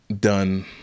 done